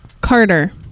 Carter